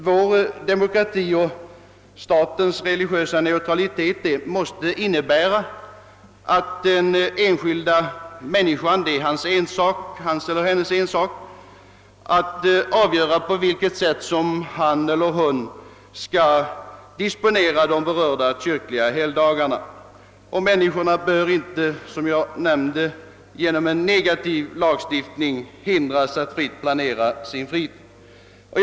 Vår demokrati och statens religiösa neutralitet måste nämligen innebära, att det är den enskilda personens ensak att avgöra på vilket sätt han eller hon skall disponera de berörda kyrkliga helgdagarna. Människorna bör inte, såsom jag nämnt, genom en negativ lagstiftning hindras att fritt planera sin fritid.